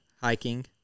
hiking